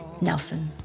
Nelson